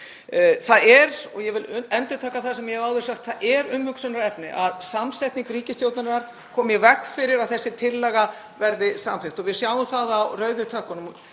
Ég vil endurtaka það sem ég hef áður sagt: Það er umhugsunarefni að samsetning ríkisstjórnarinnar komi í veg fyrir að þessi tillaga verði samþykkt. Við sjáum það á rauðu tökkunum